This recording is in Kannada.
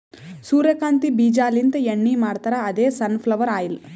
ಸೂರ್ಯಕಾಂತಿ ಬೀಜಾಲಿಂತ್ ಎಣ್ಣಿ ಮಾಡ್ತಾರ್ ಅದೇ ಸನ್ ಫ್ಲವರ್ ಆಯಿಲ್